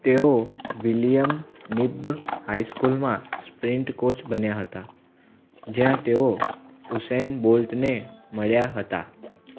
તેઓ William Knibb હાઈસ્કૂલમાં sprint coach બન્યા હતા જ્યાં તેઓ ઉસેન બોલ્ટને મળ્યા હતા